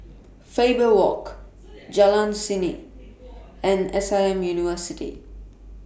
Faber Walk Jalan Seni and S I M University